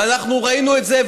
ואנחנו ראינו את זה,